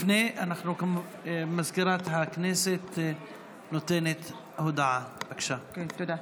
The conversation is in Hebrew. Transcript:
לפני כן מזכירת הכנסת נותנת הודעה, בבקשה.